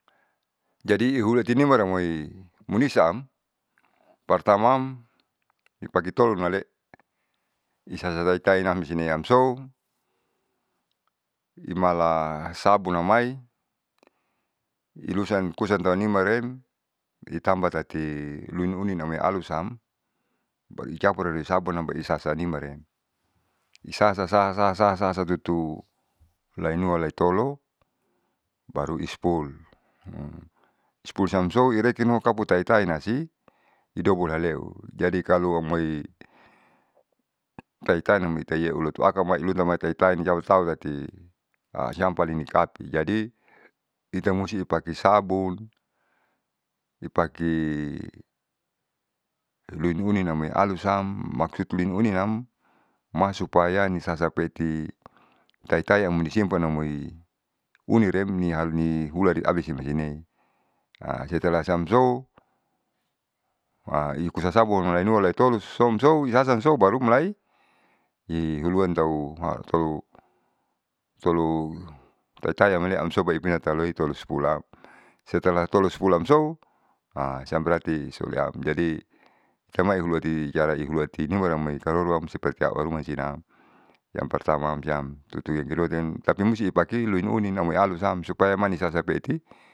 Jadi ihulitinama amoi munisa am partama i pake toluanale isasataitainam sineamsou imala sabunamai ilusankusan taunimaren itamba tati luinuninamoialusan barui campurui sabun ruruisabun baruisasanimare isaha sah sah sah sah tutu laenua laetolo baru ispul ispul siamsou irekinuam kapu taitainasi hidonol haleu. Jadi kalo amoi taitaiam niatalotuakam mailunamaitaitaiasau tati nikapi jadi itai musti ipaki sabun, ipaki luiuniamoialusan maksudlin uninam masuapaya nisasa peiti taitai amoini simpan amoi uneren ni nihulari abisimasine setelah siam so ikucasabun lainualaitolo somsou baru mulai i huluan tau tolu tolu taitai amale amsoi baipina tauloi tolu sikolaam. Setelah sekolamso siam berati soleam jadi tamai hulati jaraihulati numa namaj karoro seperti auharuma siam yang pertama amsiam tutu yang ke dua siam tapi musti ipake iloin uninamoi alusan supaya manisasa'apeeti.